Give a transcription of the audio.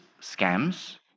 scams